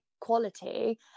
quality